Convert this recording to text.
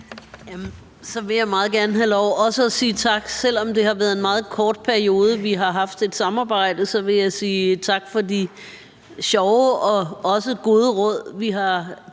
så også meget gerne have lov til at sige tak. Selv om det har været en meget kort periode, vi har haft et samarbejde, så vil jeg sige tak for de sjove og også gode råd, vi har